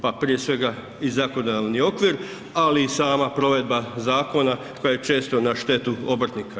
Pa prije svega i zakonodavni okvir, ali i sama provedba zakona koja je često na štetu obrtnika.